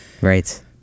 Right